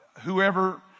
Whoever